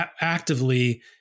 actively